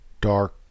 dark